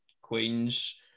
Queen's